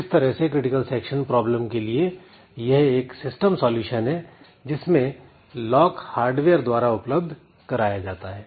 इस तरह से क्रिटिकल सेक्शन प्रॉब्लम के लिए यह एक सिस्टम सॉल्यूशन है जिसमें लॉक हार्डवेयर द्वारा उपलब्ध कराया जाता है